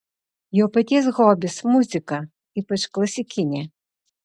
jo paties hobis muzika ypač klasikinė